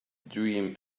dream